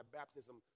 baptism